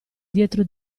dietro